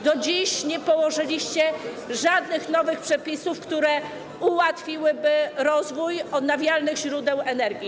Do dziś nie przedłożyliście żadnych nowych przepisów, które ułatwiłyby rozwój odnawialnych źródeł energii.